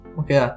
okay